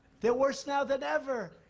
they're worse now than ever.